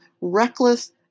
reckless